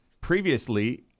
previously